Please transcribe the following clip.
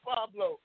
Pablo